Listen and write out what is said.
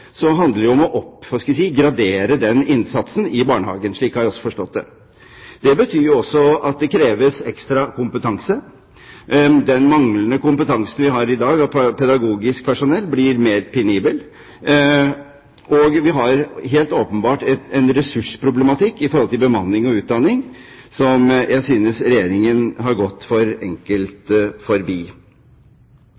Så jeg regner med at når man nå skal kartlegge dette, handler det om å oppgradere den innsatsen i barnehagen. Slik har jeg også forstått det. Det betyr også at det kreves ekstra kompetanse. Den manglende kompetansen vi har i dag av pedagogisk personell, blir mer penibel, og vi har helt åpenbart en ressursproblematikk når det gjelder bemanning og utdanning, som jeg synes Regjeringen har gått for enkelt